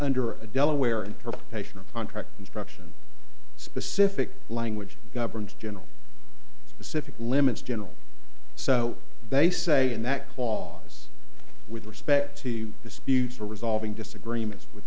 under a delaware interpretation of contract instruction specific language governed general pacific limits general so they say and that clause with respect to disputes for resolving disagreements with